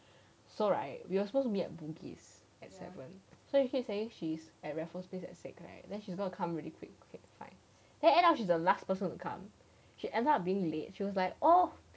so right we are supposed to be at bugis at seven so she keep saying she's at raffles place at six then she's gonna come really quick then end up she is the last person to come she ends up being late she was like oh